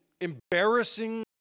embarrassing